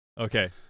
Okay